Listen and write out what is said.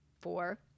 four